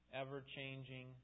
ever-changing